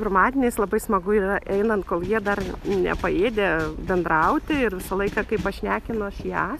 pirmadieniais labai smagu yra einant kol jie dar nepaėdę bendrauti ir visą laiką kai pašnekinu aš ją